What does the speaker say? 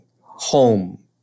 home